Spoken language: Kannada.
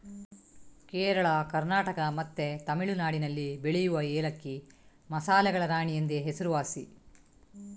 ಕೇರಳ, ಕರ್ನಾಟಕ ಮತ್ತೆ ತಮಿಳುನಾಡಿನಲ್ಲಿ ಬೆಳೆಯುವ ಏಲಕ್ಕಿ ಮಸಾಲೆಗಳ ರಾಣಿ ಎಂದೇ ಹೆಸರುವಾಸಿ